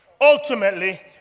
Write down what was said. ultimately